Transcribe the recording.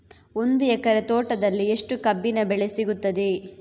ಒಂದು ಎಕರೆ ತೋಟದಲ್ಲಿ ಎಷ್ಟು ಕಬ್ಬಿನ ಬೆಳೆ ಸಿಗುತ್ತದೆ?